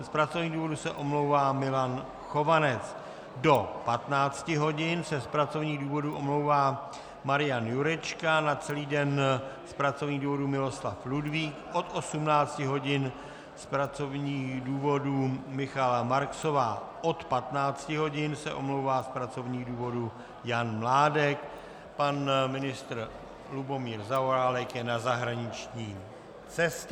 Z pracovních důvodů se omlouvá Milan Chovanec, do 15 hodin se z pracovních důvodů omlouvá Marian Jurečka, na celý den z pracovních důvodů Miloslav Ludvík, od 18 hodin z pracovních důvodů Michaela Marksová, od 15 hodin se omlouvá z pracovních důvodů Jan Mládek, pan ministr Lubomír Zaorálek je na zahraniční cestě.